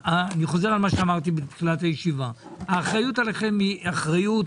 אני חוזר על מה שאמרתי בתחילת הישיבה האחריות עליכם היא אחריות